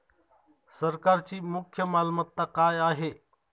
सरकारची मुख्य मालमत्ता काय आहे?